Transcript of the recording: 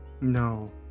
no